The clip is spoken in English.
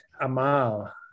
Amal